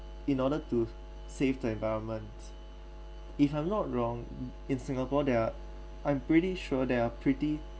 in order to save the environment if I'm not wrong in singapore there are I'm pretty sure there are pretty